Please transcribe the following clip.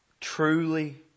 truly